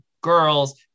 girls